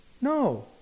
No